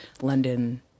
London